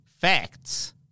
facts